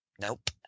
Nope